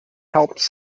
helps